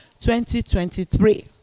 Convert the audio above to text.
2023